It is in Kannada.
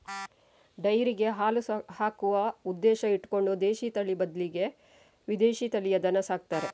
ಡೈರಿಗೆ ಹಾಲು ಹಾಕುವ ಉದ್ದೇಶ ಇಟ್ಕೊಂಡು ದೇಶೀ ತಳಿ ಬದ್ಲಿಗೆ ವಿದೇಶೀ ತಳಿಯ ದನ ಸಾಕ್ತಾರೆ